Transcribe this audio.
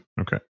Okay